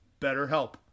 BetterHelp